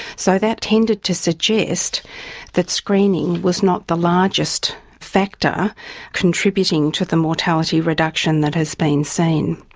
so that tended to suggest that screening was not the largest factor contributing to the mortality reduction that has been seen.